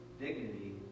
dignity